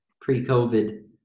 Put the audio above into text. pre-covid